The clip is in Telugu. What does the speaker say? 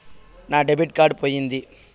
నా డెబిట్ కార్డు పోయింది